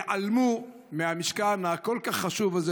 ייעלמו מהמשכן הכל-כך חשוב הזה,